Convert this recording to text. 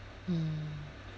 mm